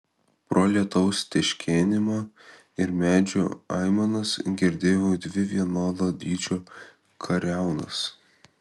pro lietaus teškenimą ir medžių aimanas girdėjau dvi vienodo dydžio kariaunas